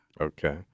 Okay